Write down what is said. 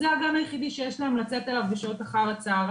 זה הגן היחיד שיש להם לתת עליו בשעות אחר-הצהריים